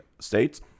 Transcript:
States